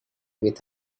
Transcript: with